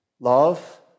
Love